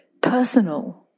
personal